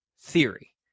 theory